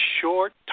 short